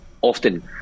often